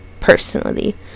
personally